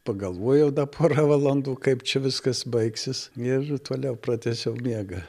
pagalvojau da porą valandų kaip čia viskas baigsis ir toliau pratęsiau miegą